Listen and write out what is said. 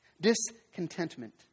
Discontentment